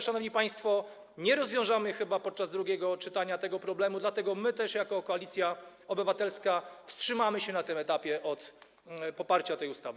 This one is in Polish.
Szanowni państwo, nie rozwiążemy chyba podczas drugiego czytania tego problemu, dlatego my, jako Koalicja Obywatelska, wstrzymamy się na tym etapie od poparcia tej ustawy.